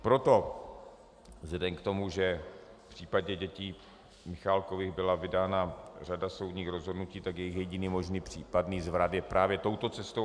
A proto vzhledem k tomu, že v případě dětí Michálkových byla vydána řada soudních rozhodnutí, tak jediný možný případný zvrat je právě touto cestou.